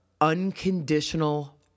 unconditional